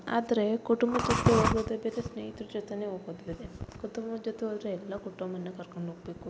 ಆದರೆ ಕುಟುಂಬದ ಜೊತೆ ಹೋಗೊದೇ ಬೇರೆ ಸ್ನೇಹಿತರ ಜೊತೆ ಹೋಗೋದು ಬೇರೆ ಕುಟುಂಬದ್ ಜೊತೆ ಹೋದರೆ ಎಲ್ಲ ಕುಟುಂಬನು ಕರ್ಕೊಂಡು ಹೋಗಬೇಕು